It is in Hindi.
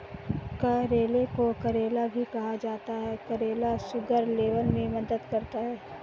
करेले को करेला भी कहा जाता है करेला शुगर लेवल में मदद करता है